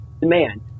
demand